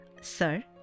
Sir